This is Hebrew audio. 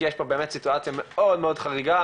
כי יש פה סיטואציה מאוד מאוד חריגה,